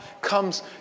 comes